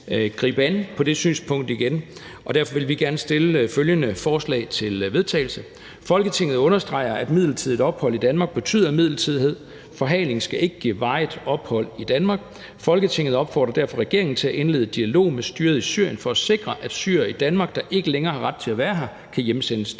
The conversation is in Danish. vil jeg på vegne af Dansk Folkeparti godt fremsætte følgende: Forslag til vedtagelse »Folketinget understreger, at midlertidigt ophold i Danmark betyder midlertidighed. Forhaling skal ikke give varigt ophold i Danmark. Folketinget opfordrer derfor regeringen til at indlede dialog med styret i Syrien for at sikre, at syrere i Danmark, der ikke længere har ret til at være her, kan hjemsendes til